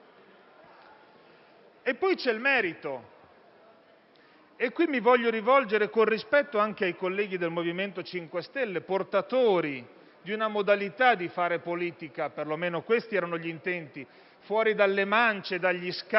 è poi il merito, e qui mi voglio rivolgere, con rispetto, anche ai colleghi del MoVimento 5 Stelle, portatori di una modalità di fare politica (perlomeno questi erano gli intenti) al di fuori delle mance, degli scambi